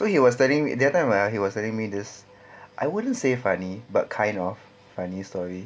so he was telling me that time ah he was telling me this I wouldn't say funny but kind of funny story